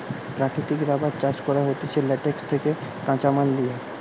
প্রাকৃতিক রাবার চাষ করা হতিছে ল্যাটেক্স থেকে কাঁচামাল লিয়া